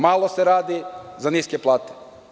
Malo se radi za niske plate.